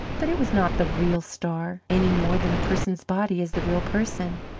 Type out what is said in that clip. but it was not the real star, any more than a person's body is the real person.